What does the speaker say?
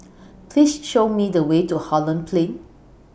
Please Show Me The Way to Holland Plain